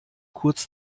kurz